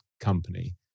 company